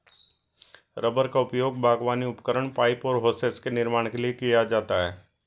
rubber का उपयोग बागवानी उपकरण, पाइप और होसेस के निर्माण के लिए किया जाता है